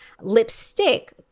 lipstick